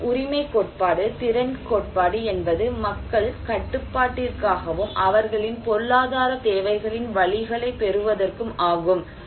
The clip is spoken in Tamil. மேலும் உரிமைக் கோட்பாடு திறன் கோட்பாடு என்பது மக்கள் கட்டுப்பாட்டிற்காகவும் அவர்களின் பொருளாதாரத் தேவைகளின் வழிகளைப் பெறுவதற்கும் ஆகும்